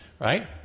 Right